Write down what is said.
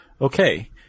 okay